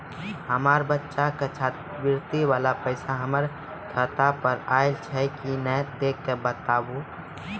हमार बच्चा के छात्रवृत्ति वाला पैसा हमर खाता पर आयल छै कि नैय देख के बताबू?